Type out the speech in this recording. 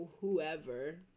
whoever